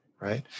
right